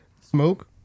smoke